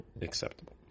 acceptable